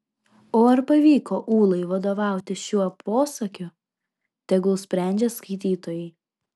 o ar pavyko ūlai vadovautis šiuo posakiu tegul sprendžia skaitytojai